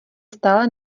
stále